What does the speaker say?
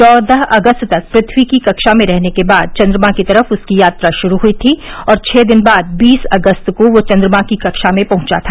चौदह अगस्त तक पृथ्यी की कक्षा में रहने के बाद चन्द्रमा की तरफ उसकी यात्रा शुरू हई थी और छः दिन बाद बीस अगस्त को वह चन्द्रमा की कक्षा में पहंचा था